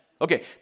Okay